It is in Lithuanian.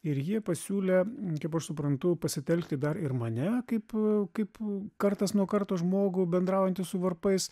ir jie pasiūlė kaip aš suprantu pasitelkti dar ir mane kaip kaip kartas nuo karto žmogų bendraujantį su varpais